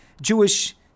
Jewish